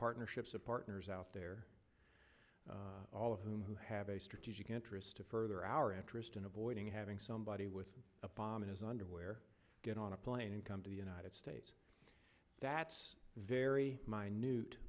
partnerships of partners out there all of whom who have a strategic interest to further our interest in avoiding having somebody with a bomb in his underwear get on a plane and come to the united states that's very minute